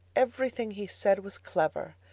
every thing he said, was clever.